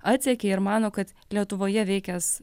atsekė ir mano kad lietuvoje veikęs